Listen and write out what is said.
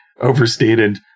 overstated